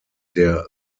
der